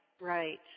right